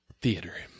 theater